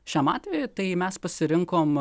šiam atvejui tai mes pasirinkom